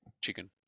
chicken